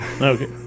okay